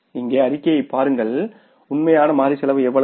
இங்கே அறிக்கையைப் பாருங்கள் உண்மையான மாறி செலவு எவ்வளவு